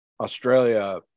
Australia